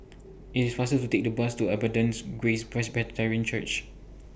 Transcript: IT IS faster to Take The Bus to Abundant's Grace Presbyterian Church